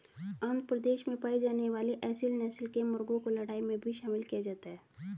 आंध्र प्रदेश में पाई जाने वाली एसील नस्ल के मुर्गों को लड़ाई में भी शामिल किया जाता है